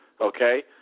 okay